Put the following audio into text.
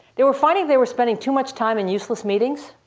they were finding they were spending too much time in useless meetings,